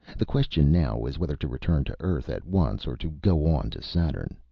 the question now is whether to return to earth at once or to go on to saturn.